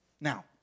Now